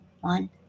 one